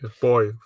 boy